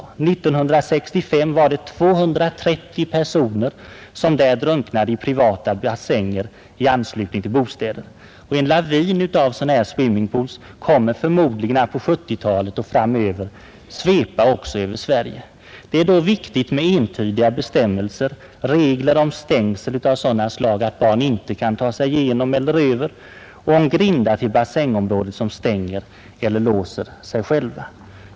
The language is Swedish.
År 1965 drunknade där 230 personer i privata bassänger i anslutning till bostäder. En lavin av swimmingpools kommer förmodligen att på 1970-talet och framöver svepa också över Sverige. Det är då viktigt att det finns entydiga bestämmelser om bl.a. stängsel av sådana slag att barn inte kan ta sig igenom eller över dem och om grindar till bassängområdet som stänger eller låser sig själva.